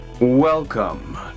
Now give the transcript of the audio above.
Welcome